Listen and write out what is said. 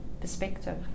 perspective